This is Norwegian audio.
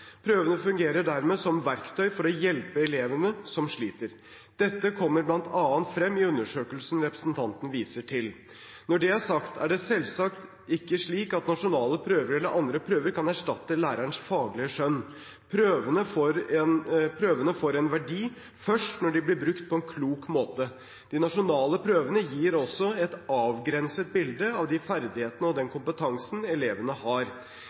Prøvene fungerer dermed som verktøy for å hjelpe elevene som sliter. Dette kommer bl.a. frem i undersøkelsen representanten viser til. Når det er sagt, er det selvsagt ikke slik at nasjonale prøver eller andre prøver kan erstatte lærerens faglige skjønn. Prøvene får en verdi først når de blir brukt på en klok måte. De nasjonale prøvene gir også et avgrenset bilde av de ferdighetene og den kompetansen elevene har.